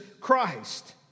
Christ